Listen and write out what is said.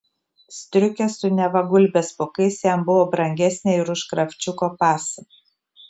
striukė su neva gulbės pūkais jam buvo brangesnė ir už kravčiuko pasą